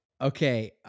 Okay